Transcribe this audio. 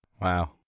Wow